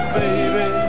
baby